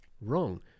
wrong